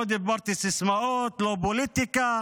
לא דיברתי בסיסמאות, לא פוליטיקה.